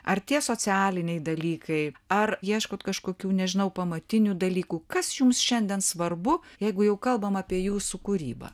ar tie socialiniai dalykai ar ieškot kažkokių nežinau pamatinių dalykų kas jums šiandien svarbu jeigu jau kalbam apie jūsų kūrybą